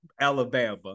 Alabama